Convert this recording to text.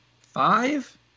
five